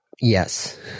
Yes